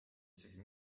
isegi